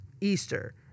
Easter